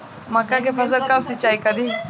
मका के फ़सल कब सिंचाई करी?